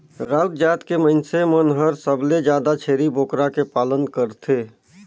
राउत जात के मइनसे मन हर सबले जादा छेरी बोकरा के पालन करथे